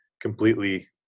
completely